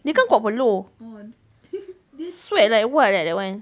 dia kan kuat peluh dia sweat like what like that [one]